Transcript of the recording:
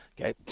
okay